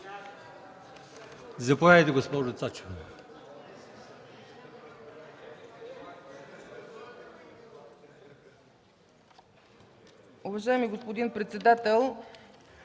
Заповядайте, госпожо Цачева.